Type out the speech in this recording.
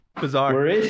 bizarre